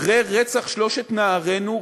אחרי רצח שלושת נערינו,